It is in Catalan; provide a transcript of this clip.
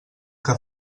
que